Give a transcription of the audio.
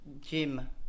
Jim